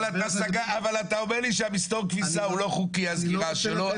אבל אתה אומר לי שמסתור הכביסה הוא לא חוקי הסגירה שלו.